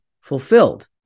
fulfilled